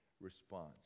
response